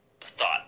thought